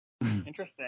Interesting